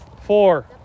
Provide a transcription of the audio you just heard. Four